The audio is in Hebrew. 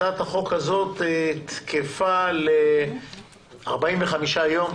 הצעת החוק הזאת תקפה ל-45 יום.